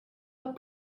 are